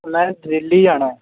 ਮੈਂ ਦਿੱਲੀ ਜਾਣਾ